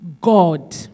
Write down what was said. God